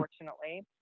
unfortunately